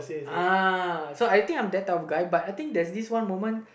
uh so I think I'm that type of guy but I think there's this one moment